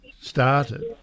started